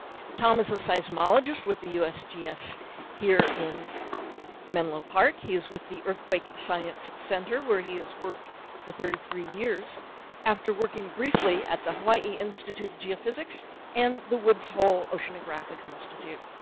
tom is a seismologist with the usgs here in menlo park. he is with the earthquake science center where he has worked for thirty three years after working briefly at the hawaii institute of geophysics and the woods hole oceanographic institute.